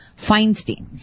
Feinstein